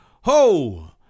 Ho